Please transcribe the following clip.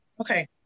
Okay